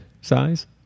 size